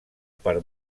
per